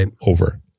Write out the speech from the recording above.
over